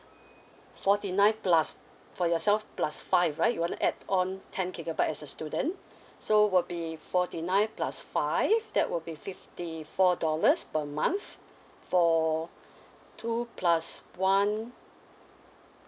forty nine plus for yourself plus five right you want to add on ten gigabyte as a student so will be forty nine plus five that will be fifty four dollars per month for two plus one